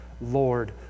Lord